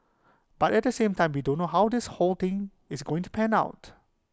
but at the same time we don't know how this whole thing is going to pan out